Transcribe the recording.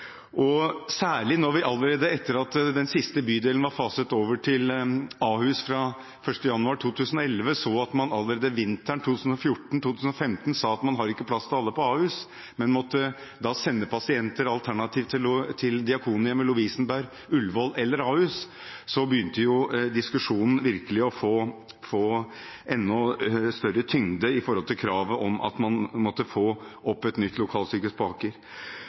Særlig når vi etter at den siste bydelen var faset over til Ahus fra 1. januar 2011, så at man allerede vinteren 2014/2015 ikke hadde plass til alle på Ahus, men måtte sende pasienter alternativt til Diakonhjemmet, Lovisenberg, Ullevål eller Ahus, begynte diskusjonen om kravet om at man måtte få opp et nytt lokalsykehus på Aker, virkelig å få enda større tyngde.